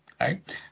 right